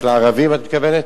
רק לערבים את מתכוונת?